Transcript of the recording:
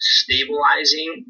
stabilizing